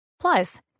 Plus